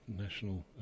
national